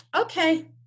okay